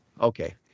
okay